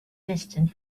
distant